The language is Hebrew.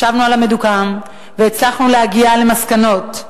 ישבנו על המדוכה והצלחנו להגיע למסקנות,